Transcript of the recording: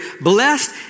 Blessed